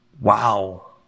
Wow